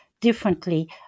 differently